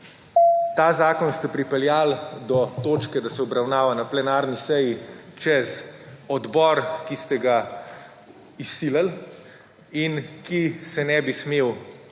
Ta zakon ste pripeljali do točke, da se obravnava na plenarni seji čez odbor, ki ste ga izsilili in ki se ne bi smel odvijati